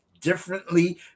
differently